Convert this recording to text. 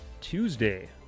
Tuesday